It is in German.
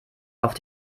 auf